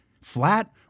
flat